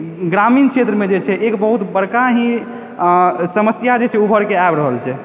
ग्रामीण क्षेत्रमे जे छै एक बहुत बड़का ही समस्या जे छै उभरि कऽ आबि रहल छै